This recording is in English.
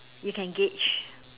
you can gauge